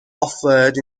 offered